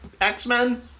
X-Men